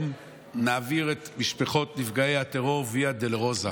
מעביר את משפחות נפגעי הטרור ויה דולורוזה,